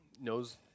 knows